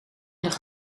nog